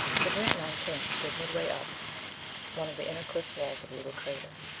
the grantline camp stood midway up one of the inner cliff walls of the little crater.